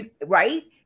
right